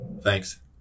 Thanks